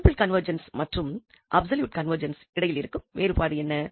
simple convergence மற்றும் absolute கன்வெர்ஜென்ஸுக்கு இடையில் இருக்கும் வேறுபாடு என்ன